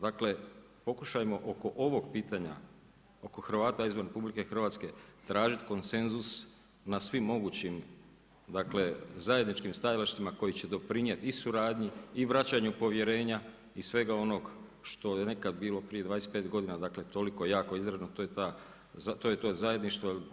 Dakle, pokušajmo oko ovog pitanja oko Hrvata izvan RH, tražiti konsenzus na svim mogućim zajedničkim stajalištima koji će doprinijeti i suradnji i vraćanju povjerenja i svega onog što je nekad bilo prije 25 g. toliko jako izraženo to je to zajedništvo.